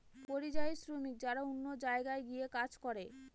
পরিযায়ী শ্রমিক যারা অন্য জায়গায় গিয়ে কাজ করে